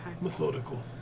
Methodical